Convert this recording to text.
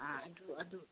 ꯑꯥ ꯑꯗꯨ ꯑꯗꯨ